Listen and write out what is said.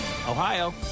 Ohio